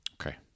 Okay